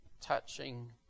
touching